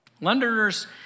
Londoners